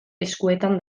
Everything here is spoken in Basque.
eskuetan